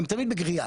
הם תמיד בגריעה.